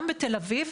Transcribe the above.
גם בתל אביב,